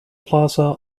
plaza